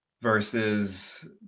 Versus